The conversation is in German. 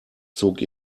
zog